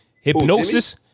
hypnosis